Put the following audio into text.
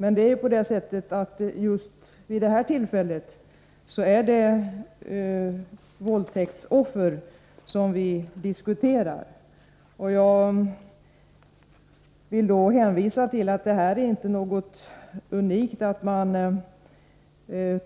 Men just vid det här tillfället är det våldtäktsoffer som vi diskuterar, och jag vill säga att det inte är något unikt att man går